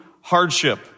hardship